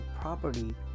property